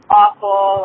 awful